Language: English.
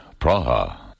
Praha